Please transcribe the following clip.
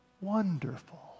wonderful